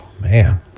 Man